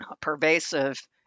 pervasive